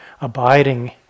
abiding